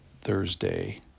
Thursday